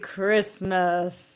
Christmas